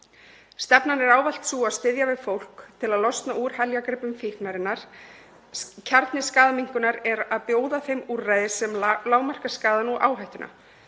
Stefnan er ávallt sú að styðja við fólk til að losna úr heljargreipum fíknarinnar. Kjarni skaðaminnkunar er að bjóða þeim úrræði sem lágmarka skaðann og áhættuna.